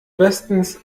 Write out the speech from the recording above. bestens